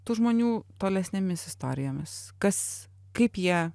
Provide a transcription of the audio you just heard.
tų žmonių tolesnėmis istorijomis kas kaip jie